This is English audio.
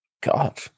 God